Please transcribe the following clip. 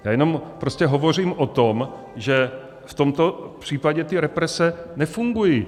Já jenom prostě hovořím o tom, že v tomto případě ty represe nefungují.